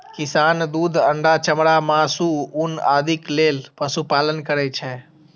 किसान दूध, अंडा, चमड़ा, मासु, ऊन आदिक लेल पशुपालन करै छै